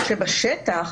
שבשטח,